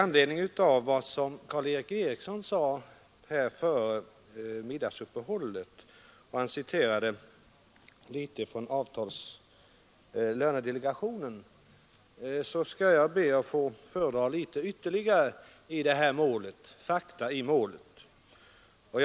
Herr Eriksson i Arvika citerade före middagsuppehållet ur lönedelegationens berättelse, och jag skall be att få föredra ytterligare fakta i målet.